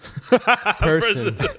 person